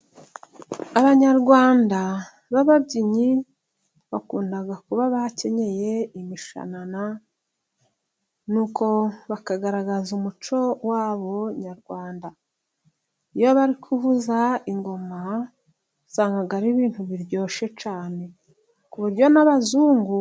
Abanyarwanda b'ababyinnyi bakunda kuba bakenyeye imishanana, nuko bakagaragaza umuco wabo nyarwanda, iyo bari kuvuza ingoma usanga ari ibintu biryoshye cyane, ku buryo n'abazungu.